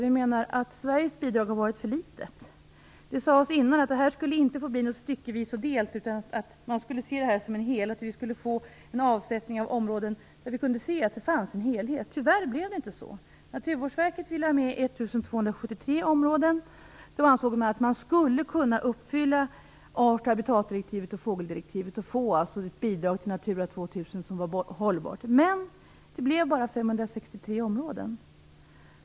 Vi menar att Sveriges bidrag har varit för litet. Det sades tidigare att detta inte skulle få bli styckevis och delt, utan att det skulle ses som en helhet. Vi skulle få en avsättning av områden där vi skulle kunna se att det fanns en helhet. Tyvärr blev det inte så. Naturvårdsverket ville ha med 1 273 områden. Det ansågs att man då skulle kunna uppfylla art och abitatdirektivet samt fågeldirektivet och få ett hållbart bidrag till Natura 2 000. Men det blev bara 563 områden.